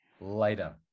later